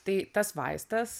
tai tas vaistas